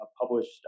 published